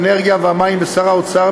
האנרגיה והמים ושר האוצר,